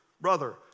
brother